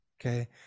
Okay